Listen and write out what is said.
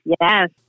Yes